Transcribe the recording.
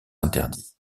interdits